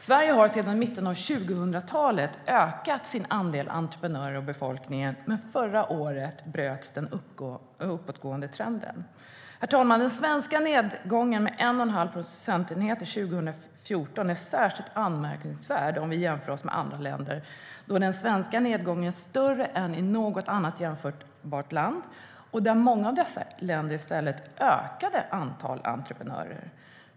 Sverige har sedan mitten av 00-talet ökat sin andel av entreprenörer i befolkningen, men förra året bröts den uppåtgående trenden. Herr talman! Den svenska nedgången med 1 1⁄2 procentenhet 2014 är särskilt anmärkningsvärd om vi jämför Sverige med andra länder eftersom den svenska nedgången är större än i något annat jämförbart land. I många av dessa länder ökade i stället antalet entreprenörer.